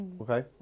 Okay